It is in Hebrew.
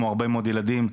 כמו הרבה מאוד ילדים,